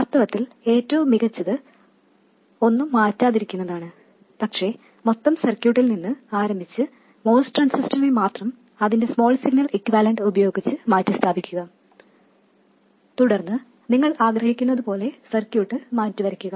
വാസ്തവത്തിൽ ഏറ്റവും മികച്ചത് ഒന്നും മാറ്റാതിരിക്കുന്നതാണ് പക്ഷേ മൊത്തം സർക്യൂട്ടിൽ നിന്ന് ആരംഭിച്ച് MOS ട്രാൻസിസ്റ്ററിനെ മാത്രം അതിന്റെ സ്മോൾ സിഗ്നൽ ഇക്യുവാലന്റ് ഉപയോഗിച്ച് മാറ്റിസ്ഥാപിക്കുക തുടർന്ന് നിങ്ങൾ ആഗ്രഹിക്കുന്നതുപോലെ സർക്യൂട്ട് മാറ്റി വരയ്ക്കുക